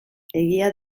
egia